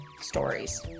stories